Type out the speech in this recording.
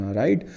right